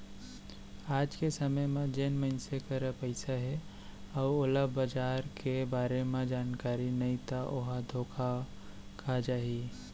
आज के समे म जेन मनसे करा पइसा हे अउ ओला बजार के बारे म जानकारी नइ ता ओहा धोखा खा जाही